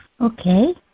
Okay